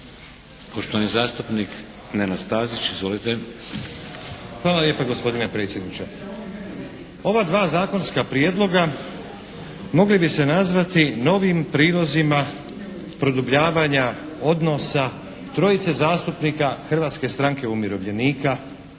Izvolite. **Stazić, Nenad (SDP)** Hvala lijepa gospodine predsjedniče. Ova dva zakonska prijedloga mogli bi se nazvati novim prilozima produbljavanja odnosa trojice zastupnika Hrvatske stranke umirovljenika i hrvatske